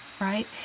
right